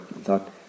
thought